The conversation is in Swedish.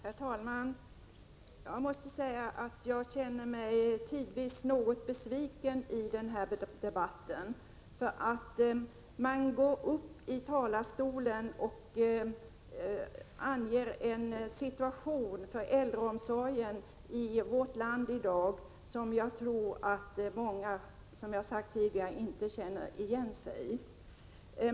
Herr talman! Jag måste säga att jag tidvis känner mig något besviken i den här debatten. Man går upp i talarstolen och anger en situation för äldreomsorgen i vårt land i dag som jag tror att många — som jag sagt tidigare —-inte känner igen sig i.